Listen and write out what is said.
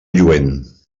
lluent